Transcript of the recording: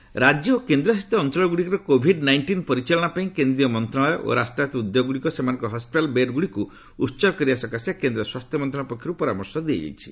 centre advice ରାଜ୍ୟ ଓ କେନ୍ଦ୍ରଶାସିତ ଅଞ୍ଚଳଗ୍ରଡ଼ିକରେ କୋଭିଡ୍ ନାଇଷ୍ଟିନ୍ ପରିଚାଳନା ପାଇଁ କେନ୍ଦ୍ରୀୟ ମନ୍ତ୍ରଣାଳୟ ଓ ରାଷ୍ଟ୍ରାୟତ ଉଦ୍ୟୋଗ ଗୁଡ଼ିକ ସେମାନଙ୍କର ହସ୍କିଟାଲ୍ ବେଡ୍ ଗୁଡ଼ିକୁ ଉତ୍ସର୍ଗ କରିବା ସକାଶେ କେନ୍ଦ୍ର ସ୍ୱାସ୍ଥ୍ୟ ମନ୍ତ୍ରଣାଳୟ ପକ୍ଷର୍ ପରାମର୍ଶ ଦିଆଯାଇଛି